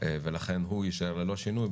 ולכן הוא יישאר ללא שינוי,